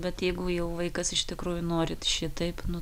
bet jeigu jau vaikas iš tikrųjų norit šitaip nu